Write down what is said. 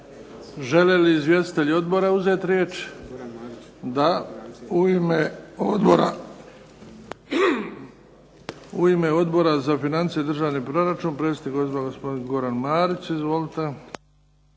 Žele li izvjestitelji odbora uzeti riječ? Da. U ime Odbora za financije i državni proračun predsjednik odbora gospodin Goran Marić. Izvolite.